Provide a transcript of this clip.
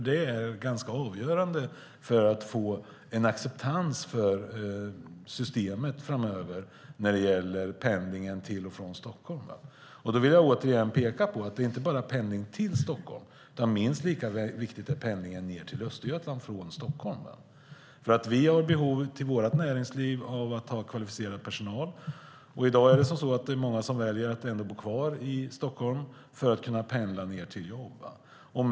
Det är ganska avgörande för om vi ska få en acceptans för systemet framöver när det gäller pendlingen till och från Stockholm. Då vill jag återigen peka på att det inte bara handlar om pendling till Stockholm. Minst lika viktig är pendlingen ned till Östergötland från Stockholm. Vi har behov av kvalificerad personal till vårt näringsliv. I dag är det många som väljer att bo kvar i Stockholm och pendla ned till jobbet.